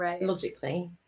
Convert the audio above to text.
logically